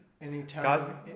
anytime